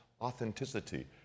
authenticity